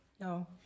No